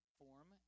form